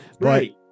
Right